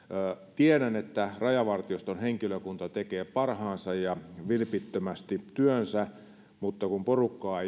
tiedän että rajavartioston henkilökunta tekee parhaansa ja vilpittömästi työnsä mutta kun porukkaa